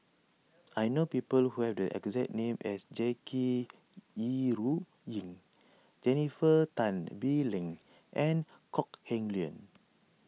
I know people who have the exact name as Jackie Yi Ru Ying Jennifer Tan Bee Leng and Kok Heng Leun